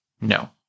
No